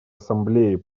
ассамблеи